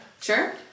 Sure